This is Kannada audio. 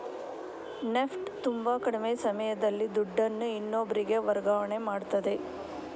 ನೆಫ್ಟ್ ತುಂಬಾ ಕಡಿಮೆ ಸಮಯದಲ್ಲಿ ದುಡ್ಡನ್ನು ಇನ್ನೊಬ್ರಿಗೆ ವರ್ಗಾವಣೆ ಮಾಡ್ತದೆ